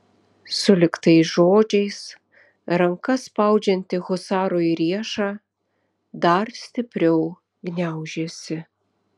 sulig tais žodžiais ranka spaudžianti husarui riešą dar stipriau gniaužėsi